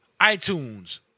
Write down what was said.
iTunes